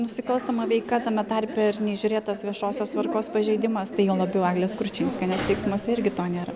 nusikalstama veika tame tarpe ir neįžiūrėtas viešosios tvarkos pažeidimas tai juo labiau eglės kručinskienės veiksmuose irgi to nėra